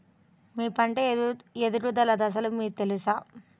మీ పంట ఎదుగుదల దశలు మీకు తెలుసా?